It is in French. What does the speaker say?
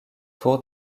tour